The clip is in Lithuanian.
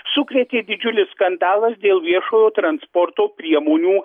sukrėtė didžiulis skandalas dėl viešojo transporto priemonių